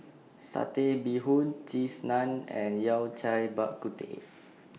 Satay Bee Hoon Cheese Naan and Yao Cai Bak Kut Teh